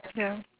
ya